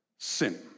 sin